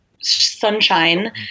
sunshine